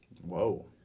Whoa